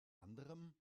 anderem